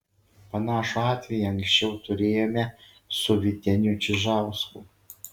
panašų atvejį anksčiau turėjome su vyteniu čižausku